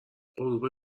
غروب